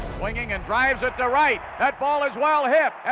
swinging and drives it to right. that ball is well hit.